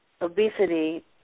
obesity